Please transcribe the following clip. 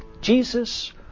Jesus